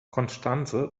constanze